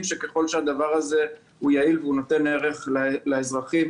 שככל שהדבר הזה יעיל ונותן ערך לאזרחים,